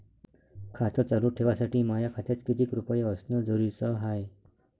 खातं चालू ठेवासाठी माया खात्यात कितीक रुपये असनं जरुरीच हाय?